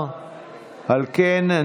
אתם מוחקים את כל סדרי בראשית,